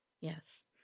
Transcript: yes